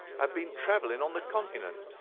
had been travelling on the continent.